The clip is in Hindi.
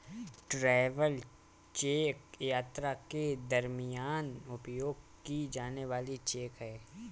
ट्रैवल चेक यात्रा के दरमियान उपयोग की जाने वाली चेक है